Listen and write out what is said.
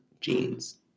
genes